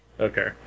Okay